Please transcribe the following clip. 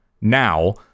now